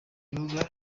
bibuga